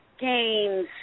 games